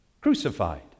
crucified